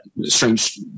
strange